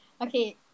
Okay